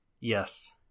Yes